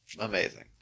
Amazing